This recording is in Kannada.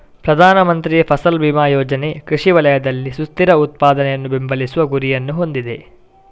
ಪ್ರಧಾನ ಮಂತ್ರಿ ಫಸಲ್ ಬಿಮಾ ಯೋಜನೆ ಕೃಷಿ ವಲಯದಲ್ಲಿ ಸುಸ್ಥಿರ ಉತ್ಪಾದನೆಯನ್ನು ಬೆಂಬಲಿಸುವ ಗುರಿಯನ್ನು ಹೊಂದಿದೆ